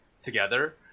together